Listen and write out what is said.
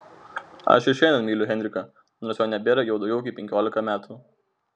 aš ir šiandien myliu henriką nors jo nebėra jau daugiau kaip penkiolika metų